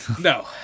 No